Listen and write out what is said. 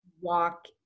Walk